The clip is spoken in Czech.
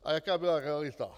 A jaká byla realita?